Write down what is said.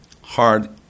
hard